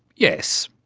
yes,